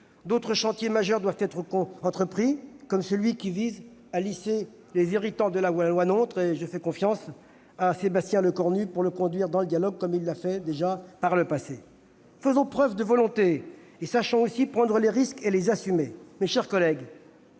D'autres chantiers majeurs doivent être entrepris, comme le lissage des irritants de la loi NOTRe. Je fais confiance à Sébastien Lecornu pour conduire ces travaux dans le dialogue, comme il l'a déjà fait par le passé. Faisons preuve de volonté et sachons aussi prendre des risques et les assumer. Mes chers collègues,